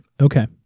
Okay